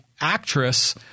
actress